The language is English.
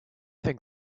think